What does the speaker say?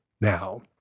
now